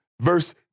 Verse